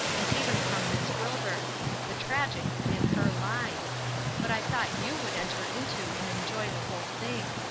and even from miss wilbur the tragic is in her line but i thought you would enter into and enjoy the whole thing.